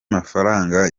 mafaranga